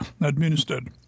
administered